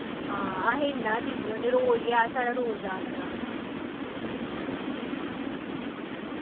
हां अस इ'न्ना गै दिन्ने होन्ने रोज गै साढ़ा रोज दा आना जाना ऐ